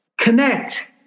connect